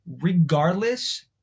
Regardless